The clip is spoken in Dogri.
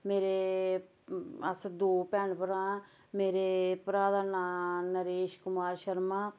मेरे अस दो भैन भ्राऽ ऐं मेरे भ्राऽ दा नांऽ नरेश कुमार शर्मा